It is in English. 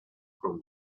from